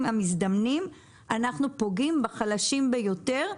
המזדמנים אנחנו פוגעים בחלשים ביותר.